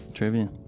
Trivia